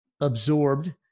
absorbed